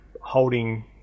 holding